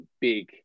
big